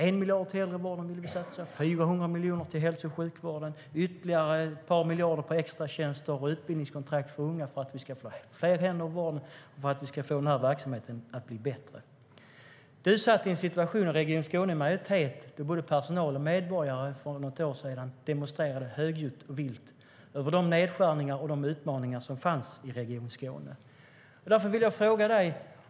Vi vill satsa 1 miljard på äldrevården, 400 miljoner till hälso och sjukvården och ytterligare ett par miljarder på extratjänster och utbildningskontrakt för unga för att vi ska få fler händer i vården och för att vi ska få verksamheten att bli bättre. Du satt i en situation i majoritet i Region Skåne då både personal och medborgare för något år sedan demonstrerade högljutt och vilt mot de nedskärningar och de utmaningar som fanns i Region Skåne. Därför vill jag ställa en fråga till dig.